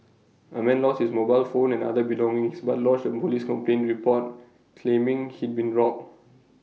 A man lost his mobile phone and other belongings but lodged A Police complain report claiming he'd been robbed